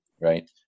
Right